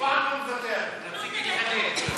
חבר הכנסת מיקי לוי,